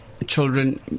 Children